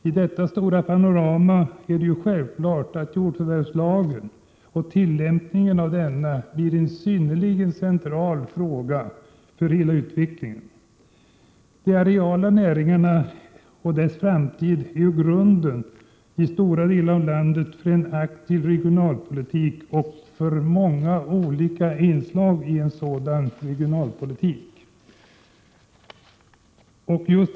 I detta stora panorama är det självklart att jordförvärsvlagen och tillämpningen av denna blir en synnerligen central fråga för hela utvecklingen. De areala näringarna och deras framtid är ju i stora delar av landet grunden när det gäller en aktiv regionalpolitik och många olika inslag i en sådan regionalpolitik.